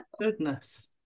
Goodness